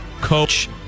coach